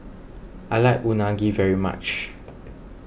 I like Unagi very much